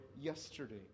yesterday